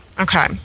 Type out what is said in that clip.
Okay